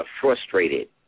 frustrated